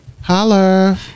holler